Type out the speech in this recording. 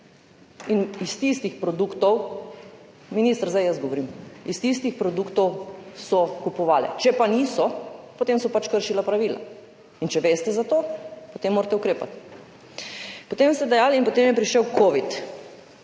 In iz tistih produktov … Minister, zdaj jaz govorim. Iz tistih produktov so kupovale. Če pa niso, potem so se pač kršila pravila. In če veste za to, potem morate ukrepati. Potem ste dejali: in potem je prišel covid.